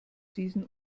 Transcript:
diesen